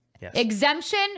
Exemption